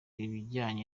ibijyanye